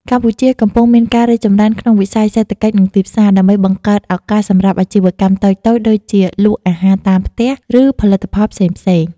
កម្ពុជាកំពុងមានការរីកចម្រើនក្នុងវិស័យសេដ្ឋកិច្ច និងទីផ្សារ ដើម្បីបង្កើតឱកាសសម្រាប់អាជីវកម្មតូចៗ ដូចជា លក់អាហារតាមផ្ទះ ឬផលិតផលផ្សេងៗ។